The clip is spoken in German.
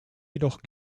jedoch